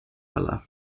alla